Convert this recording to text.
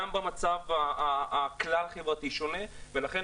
גם במצב הכלל-חברתי שונה ולכן,